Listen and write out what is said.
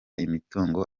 imitungo